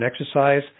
exercise